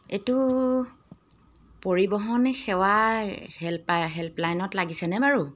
এইটো পৰিবহণ সেৱা হেল্পা হেল্পলাইনত লাগিছেনে বাৰু